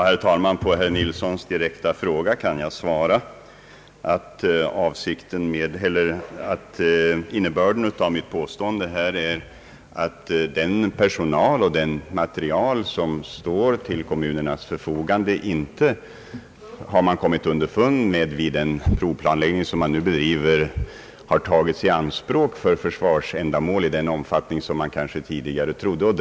Herr talman! På herr Nilssons direkta begäran om förtydligande av ett påstående i interpellationssvaret vill jag nämna att enligt vad man kommit underfund med vid den provplanläggning som nu bedrivs har den personal och den materiel som kommunerna förfogar över inte tagits i anspråk för försvarsändamål i den omfattning som man tidigare kanske trott.